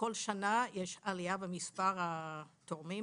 בכל שנה יש עלייה במספר התורמים.